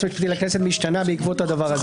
המשפטית לכנסת משתנה בעקבות הדבר הזה.